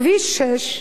כביש 6,